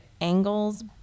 angles